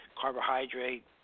carbohydrate